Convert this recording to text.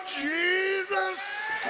Jesus